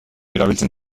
erabiltzen